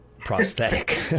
prosthetic